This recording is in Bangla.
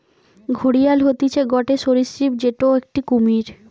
ঘড়িয়াল হতিছে গটে সরীসৃপ যেটো একটি কুমির